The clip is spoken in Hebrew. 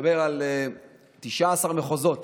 מדבר על 19 מחוזות